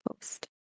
post